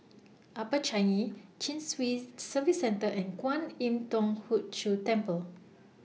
Upper Changi Chin Swee Service Centre and Kwan Im Thong Hood Cho Temple